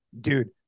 dude